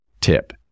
Tip